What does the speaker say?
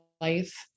life